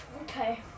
Okay